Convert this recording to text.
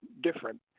different